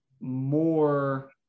more